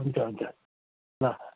हुन्छ हुन्छ ल